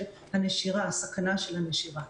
לסכנה של הנשירה.